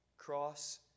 Cross